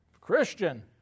Christian